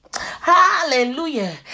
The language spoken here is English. Hallelujah